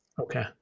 Okay